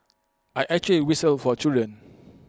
I actually whistle for children